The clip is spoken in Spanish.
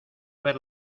ver